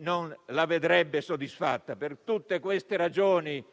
non la vedrebbe soddisfatta. Per tutte queste ragioni,